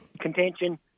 contention